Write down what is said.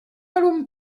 n’allons